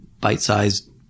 bite-sized